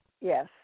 yes